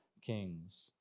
kings